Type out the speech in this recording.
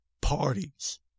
parties